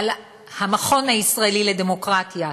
המכון הישראלי לדמוקרטיה,